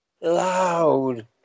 loud